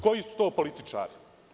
Koji su to političari?